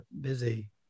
busy